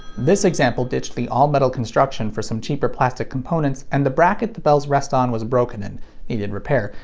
this example ditched the all-metal construction for some cheaper plastic components, and the bracket the bells rest on was broken and needed repair.